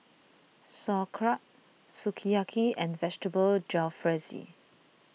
Sauerkraut Sukiyaki and Vegetable Jalfrezi